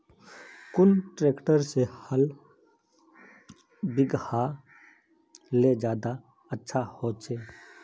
कुन ट्रैक्टर से हाल बिगहा ले ज्यादा अच्छा होचए?